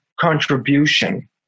contribution